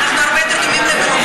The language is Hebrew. אנחנו הרבה יותר טובים למלוכה,